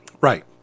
Right